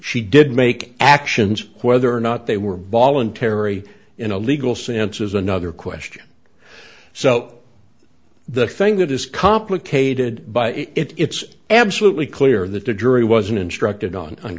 she did make actions whether or not they were voluntary in a legal sense is another question so the thing that is complicated by it it's absolutely clear that the jury wasn't instructed on on